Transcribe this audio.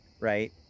right